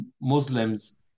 Muslims